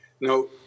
No